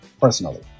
personally